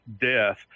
death